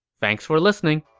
thanks for listening!